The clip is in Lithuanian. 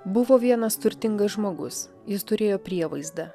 buvo vienas turtingas žmogus jis turėjo prievaizdą